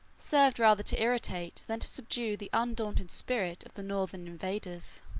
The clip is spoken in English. served rather to irritate than to subdue the undaunted spirit of the northern invaders.